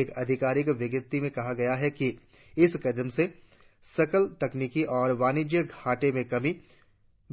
एक अधिकारिक विज्ञप्ति में कहा गया है कि इस कदम से सकल तकनीकि और वाणिज्यिक घाटे में कमी